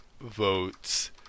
votes